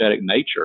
nature